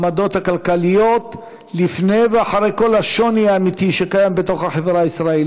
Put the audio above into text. וגם פוגעת בענף מוניות השירות ובנהגים שמנסים להתפרנס בענף הזה.